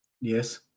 Yes